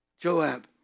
Joab